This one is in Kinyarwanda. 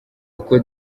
uko